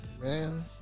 Man